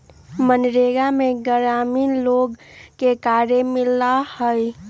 मनरेगा में ग्रामीण लोग के कार्य मिला हई